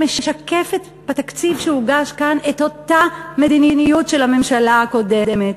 שמשקפת בתקציב שהוגש כאן את אותה מדיניות של הממשלה הקודמת,